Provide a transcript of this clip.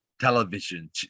television